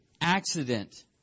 accident